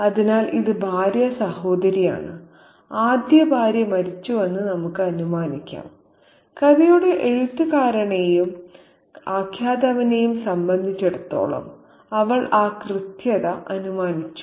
അതിനാൽ ഇത് ഭാര്യാസഹോദരിയാണ് ആദ്യ ഭാര്യ മരിച്ചുവെന്ന് നമുക്ക് അനുമാനിക്കാം കഥയുടെ എഴുത്തുകാരനെയും ആഖ്യാതാവിനെയും സംബന്ധിച്ചിടത്തോളം അവൾ ആ കൃത്യത അനുമാനിച്ചു